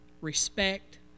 Respect